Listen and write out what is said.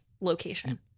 location